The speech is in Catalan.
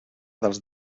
dels